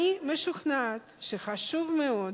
אני משוכנעת שחשוב מאוד